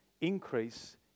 increase